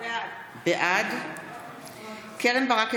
בעד קרן ברק,